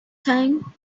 time